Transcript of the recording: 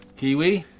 kiwi?